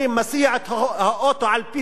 מסיע את האוטו על פי תהום,